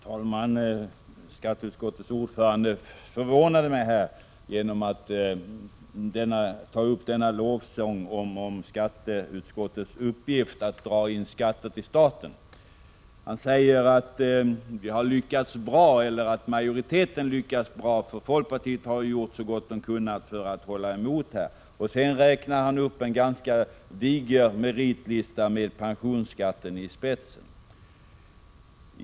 Herr talman! Skatteutskottets ordförande förvånade mig genom att ta upp lovsången om skatteutskottets uppgift att dra in skatter till staten. Han säger att majoriteten lyckats bra — även om folkpartiet har gjort så gott det har kunnat för att hålla emot — och han räknar upp en diger meritlista med pensionsskatten i spetsen.